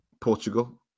Portugal